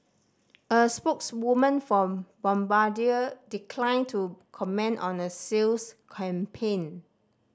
a spokeswoman for Bombardier declined to comment on a sales campaign